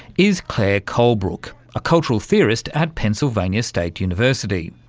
is claire colebrook, a cultural theorist at pennsylvania state university.